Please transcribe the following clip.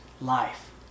life